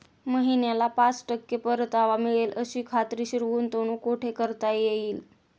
महिन्याला पाच टक्के परतावा मिळेल अशी खात्रीशीर गुंतवणूक कुठे करता येईल?